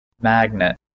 magnet